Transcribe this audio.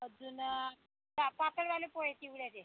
अजून पातळवाले पोहे चिवड्याचे